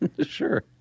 Sure